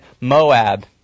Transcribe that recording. Moab